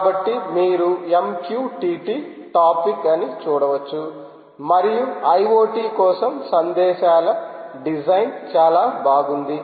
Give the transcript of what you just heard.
కాబట్టి మీరు MQTT topic అని చూడవచ్చు మరియు I O T కోసం సందేశాల డిజైన్ చాలా బాగుంది